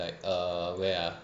like err where ah